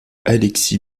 alexis